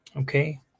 Okay